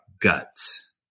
guts